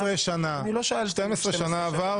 12 שנה.